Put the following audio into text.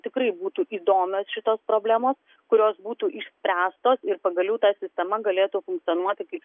tikrai būtų įdomios šitos problemos kurios būtų išspręstos ir pagaliau ta sistema galėtų funkcionuoti kaip